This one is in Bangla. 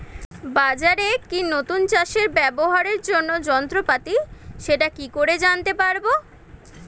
বাজারে কি নতুন চাষে ব্যবহারের জন্য যন্ত্রপাতি সেটা কি করে জানতে পারব?